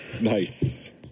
Nice